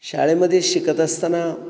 शाळेमधे शिकत असताना